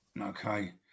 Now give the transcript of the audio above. Okay